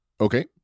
Okay